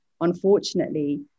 unfortunately